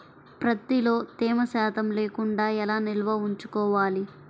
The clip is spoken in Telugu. ప్రత్తిలో తేమ శాతం లేకుండా ఎలా నిల్వ ఉంచుకోవాలి?